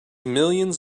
millions